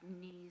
knees